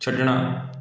ਛੱਡਣਾ